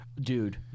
Dude